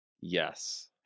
yes